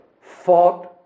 fought